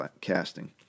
casting